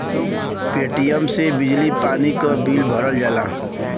Paytm से बिजली पानी क बिल भरल जाला